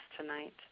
tonight